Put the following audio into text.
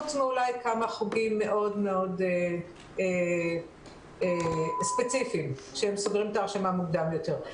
אולי חוץ מכמה חוגים מאוד מאוד ספציפיים שסוגרים את ההרשמה מוקדם יותר.